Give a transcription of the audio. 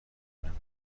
نمیکنه